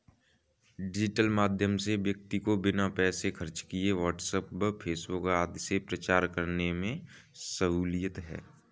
digital माध्यम से व्यक्ति को बिना पैसे खर्च किए व्हाट्सएप व फेसबुक आदि से प्रचार करने में सहूलियत है